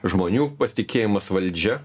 žmonių pasitikėjimas valdžia